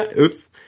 Oops